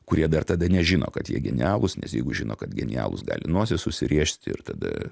kurie dar tada nežino kad jie genialūs nes jeigu žino kad genialūs gali nosis užsiriesti ir tada